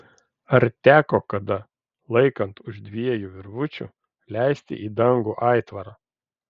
ar teko kada laikant už dviejų virvučių leisti į dangų aitvarą